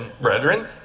brethren